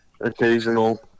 occasional